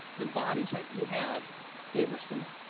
the body type you have favors swimming,